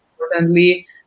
importantly